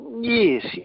Yes